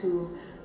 to